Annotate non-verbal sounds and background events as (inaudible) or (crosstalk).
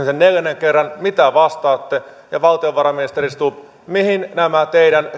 (unintelligible) sen neljännen kerran mitä vastaatte ja valtiovarainministeri stubb mihin nämä teidän